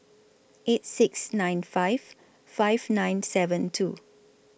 eight six nine five five nine seven two